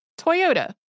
Toyota